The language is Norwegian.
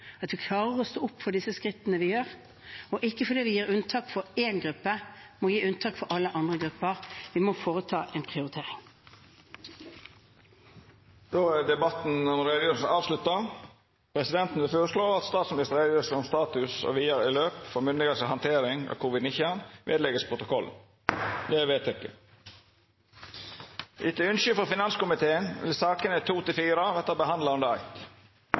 at vi klarer å stå opp for disse skrittene vi gjør, og at vi ikke fordi vi gir unntak for én gruppe, må gi unntak for alle andre grupper. Vi må foreta en prioritering. Debatten om utgreiinga frå statsministeren er dermed avslutta. Presidenten vil føreslå at utgreiinga frå statsministeren om status og vidare løp for myndigheitene si handtering av covid-19 vert lagd ved protokollen. – Det er vedteke. Etter ønske frå finanskomiteen vil